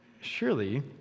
surely